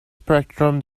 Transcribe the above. spectrum